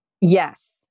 Yes